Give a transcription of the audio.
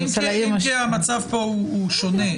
אם כי המצב פה הוא שונה.